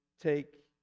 take